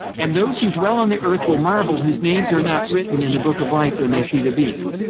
and those who dwell on the earth will marvel, whose names are not written in the book of life. when they see the beast.